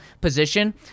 position